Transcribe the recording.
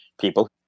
people